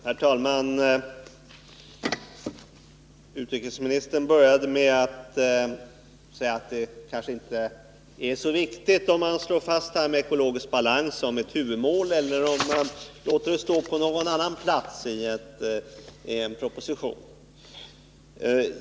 Herr talman! Utrikesministern började med att säga att det kanske inte är så viktigt om man slår fast att ekologisk balans är ett huvudmål eller om den får en annan plats i en proposition.